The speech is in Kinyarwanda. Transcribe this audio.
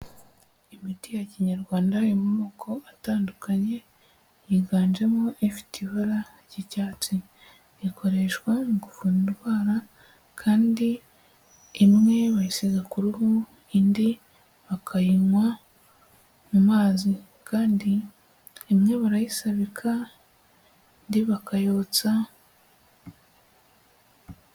Imiti ya kinyarwanda iri mu moko atandukanye yiganjemo ifite ibara ry'icyatsi ikoreshwa mu guvura indwara kandi imwe bayisiga ku ruhu indi bakayinywa mu mazi, kandi imwe barayisabika indi bakayotsa.